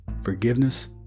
forgiveness